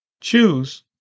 choose